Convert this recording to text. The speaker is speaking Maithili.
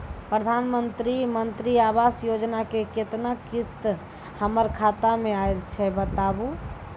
प्रधानमंत्री मंत्री आवास योजना के केतना किस्त हमर खाता मे आयल छै बताबू?